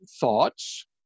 thoughts